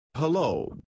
Hello